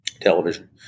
television